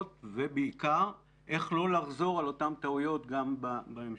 ובעיקר איך לא לחזור על אותן טעויות גם בהמשך.